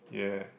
ya